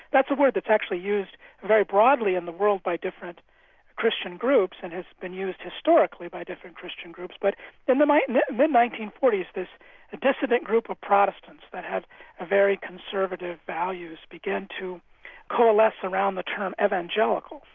that's a word that's actually used very broadly in the world by different christian groups and has been used historically by different christian groups, but in the mid mid nineteen forty s this dissident group of protestants that had ah very conservative values began to coalesce around the term evangelical.